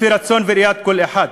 לפי רצון וראיית כל אחד.